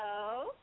Hello